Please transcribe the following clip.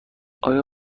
آیا